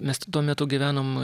mes tuo metu gyvenom